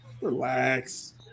Relax